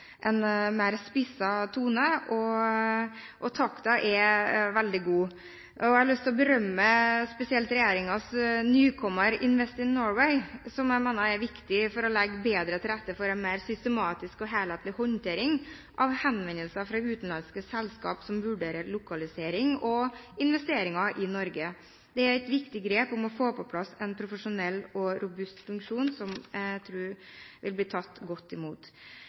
en mer spisset tone, og takten er veldig god. Jeg har lyst til å berømme spesielt regjeringens nykommer, Invest in Norway, som jeg mener er viktig for å legge bedre til rette for en mer systematisk og helhetlig håndtering av henvendelser fra utenlandske selskap som vurderer lokalisering og investeringer i Norge. Det er et viktig grep for å få på plass en profesjonell og robust funksjon, som jeg tror vil bli tatt godt imot.